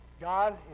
God